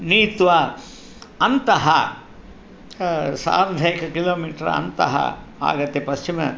नीत्वा अन्तः सार्धैककिलोमीटर् अन्तः आगत्य पश्चिमम्